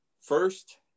first